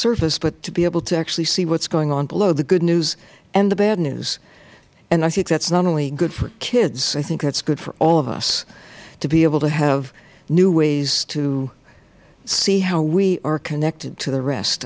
surface but to be able to actually see what is actually going on below the good news and the bad news i think that is not only good for kids i think that is good for all of us to be able to have new ways to see how we are connected to the rest